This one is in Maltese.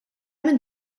min